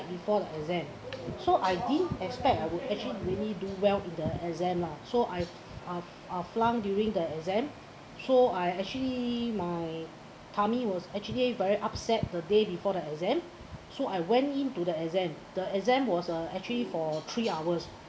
before the exam so I didn't expect I would actually really do well in the exam lah so I uh uh flaunt during the exam so I actually my tummy was actually very upset the day before the exam so I went into the exam the exam was uh actually for three hours